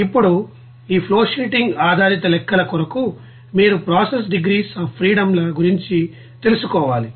ఇప్పుడు ఈ ఫ్లోషీటింగ్ ఆధారిత లెక్కల కొరకు మీరు ప్రాసెస్ డిగ్రీస్ అఫ్ ఫ్రీడమ్ ల గురించి తెలుసుకోవాలి